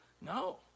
No